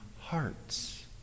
hearts